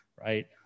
right